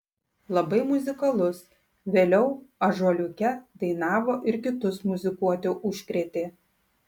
labai muzikalus vėliau ąžuoliuke dainavo ir kitus muzikuoti užkrėtė